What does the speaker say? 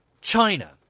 China